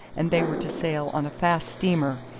and they were to sail on a fast steamer,